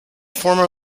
former